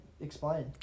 Explain